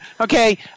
Okay